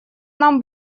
нам